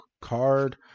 card